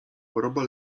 choroba